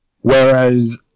Whereas